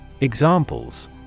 Examples